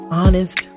honest